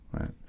right